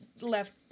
Left